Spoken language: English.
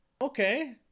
okay